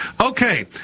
okay